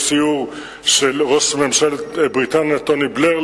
יש כרגע סיור של ראש ממשלת בריטניה לשעבר טוני בלייר,